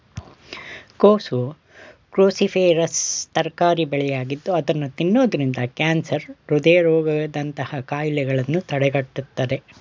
ಕೋಸು ಕ್ರೋಸಿಫೆರಸ್ ತರಕಾರಿ ಬೆಳೆಯಾಗಿದ್ದು ಅದನ್ನು ತಿನ್ನೋದ್ರಿಂದ ಕ್ಯಾನ್ಸರ್, ಹೃದಯ ರೋಗದಂತಹ ಕಾಯಿಲೆಗಳನ್ನು ತಡೆಗಟ್ಟುತ್ತದೆ